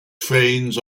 trains